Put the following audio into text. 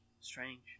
Strange